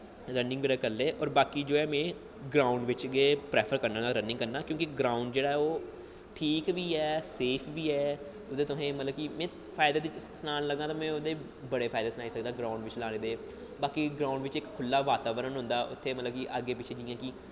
running बगैरा करने लेई बाकी में ग्राउंड़ बिच्च गै प्रैफर करना होनी रनिंग करनी क्योंकि ग्राउंड़ जेह्ड़ा ऐ ओह् ठीक बी ऐ सेफ बी ऐ ओह्दे मतलब कि में फायदे सनान लगां तां बड़े फायदे सनाई सकदा ग्राउंड़ बिच्च लाने दे बाकी ग्राउंड़ बिच्च इक खुल्ला बाताबरण होंदा उत्थै मतलब कि अग्गें पिच्छें जि'यां कि